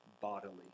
bodily